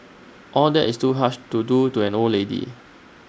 all that is too harsh to do to an old lady